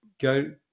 go